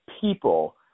people